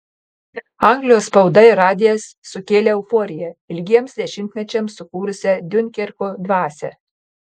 anglijos spauda ir radijas sukėlė euforiją ilgiems dešimtmečiams sukūrusią diunkerko dvasią